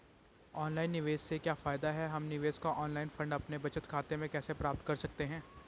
Online निवेश से क्या फायदा है हम निवेश का ऑनलाइन फंड अपने बचत खाते में कैसे प्राप्त कर सकते हैं?